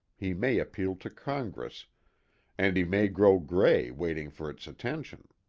he may appeal to congress and he may grow gray waiting for its attention.